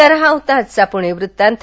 तर हा होता आजचा पुणे वृत्तांत